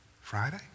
Friday